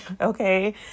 Okay